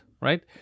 right